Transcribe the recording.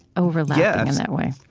overlapping in that way,